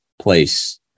place